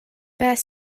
beth